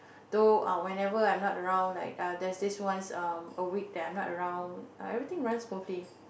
though uh whenever I'm not around like uh there's this once um a week that I'm not around uh everything run smoothly